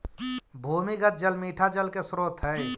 भूमिगत जल मीठा जल के स्रोत हई